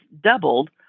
doubled